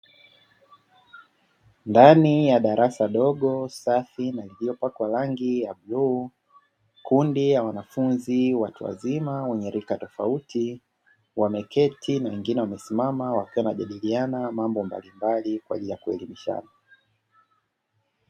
Ndani ya darasa dogo safi na lililopakwa rangi ya bluu, kundi la watu wazima wa rika tofauti wameketi na wengine wamesimama wakiwa wanajadiliana mambo mbalimbali kwaajili ya kuelimishana